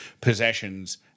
possessions